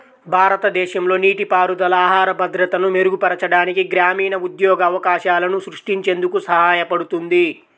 భారతదేశంలో నీటిపారుదల ఆహార భద్రతను మెరుగుపరచడానికి, గ్రామీణ ఉద్యోగ అవకాశాలను సృష్టించేందుకు సహాయపడుతుంది